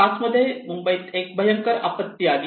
2005 मध्ये मुंबईत एक भयंकर आपत्ती आली